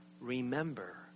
remember